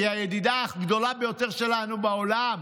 היא הידידה הגדולה ביותר שלנו בעולם.